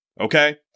okay